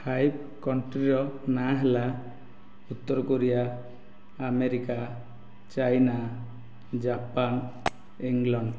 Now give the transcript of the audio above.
five କଣ୍ଟ୍ରିର ନା ହେଲା ଉତ୍ତର Korea America China Japan England